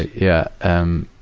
yeah, um